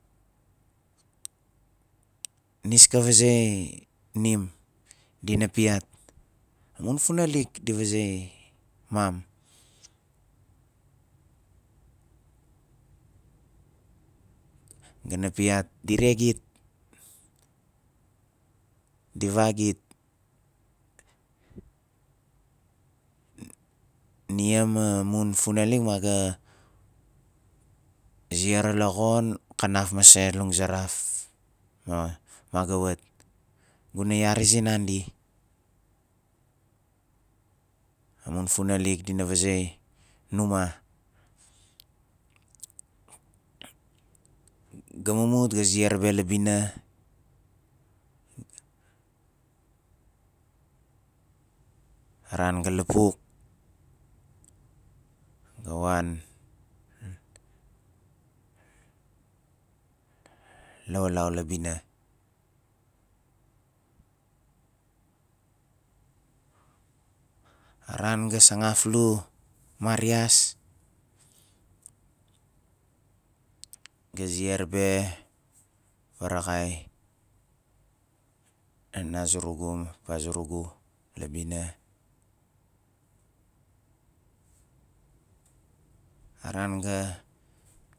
Nis ka vazei nim dina piat amun funalik di vazei mam ga na piat di regit di fagit nia ma mun funalik ma ga ziar la xon kanaf mase languzaraf ma- maga wit gu na yan sinandi amun funalk dina vaginuma ga mumut ga ziar be la bina a ran ga lapuk ga wan lawalau la bins a ran ga sangaflu marias ga ziar be faraxai nana zurugu ma papa zurugu la bina a ran ga